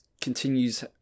continues